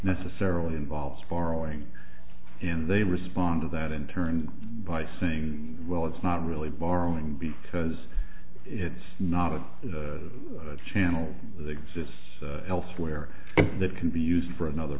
necessarily involves borrowing and they respond to that in turn by saying well it's not really borrowing because it's not a channel that exists elsewhere that can be used for another